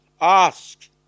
ask